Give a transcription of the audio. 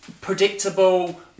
Predictable